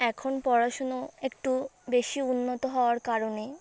এখন পড়াশুনো একটু বেশি উন্নত হওয়ার কারণে